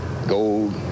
gold